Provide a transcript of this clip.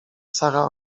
sara